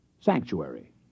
Sanctuary